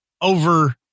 over